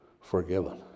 forgiven